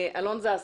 אלון זסק,